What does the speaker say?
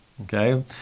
okay